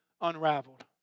unraveled